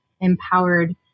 empowered